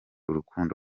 urukundo